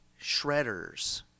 shredders